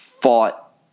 fought